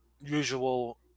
usual